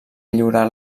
lliurar